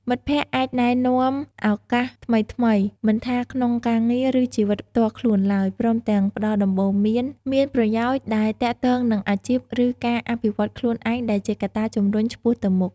មិត្តភក្តិអាចណែនាំឱកាសថ្មីៗ មិនថាក្នុងការងារ ឬជីវិតផ្ទាល់ខ្លួនឡើយ ព្រមទាំងផ្ដល់ដំបូន្មានមានប្រយោជន៍ដែលទាក់ទងនឹងអាជីព ឬការអភិវឌ្ឍន៍ខ្លួនឯង ដែលជាកត្តាជំរុញឆ្ពោះទៅមុខ។